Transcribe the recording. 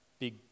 big